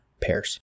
pairs